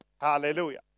Hallelujah